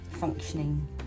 functioning